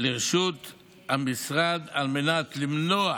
לרשות המשרד על מנת למנוע